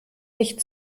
nicht